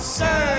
sir